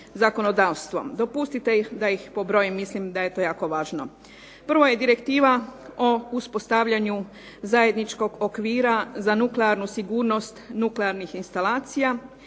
zakonodavstvom. Dopustite da ih pobrojim, mislim da je to jako važno. Prvo je direktiva o uspostavljanju zajedničkog okvira za nuklearnu sigurnost nuklearnih instalacija.